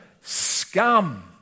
scum